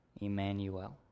Emmanuel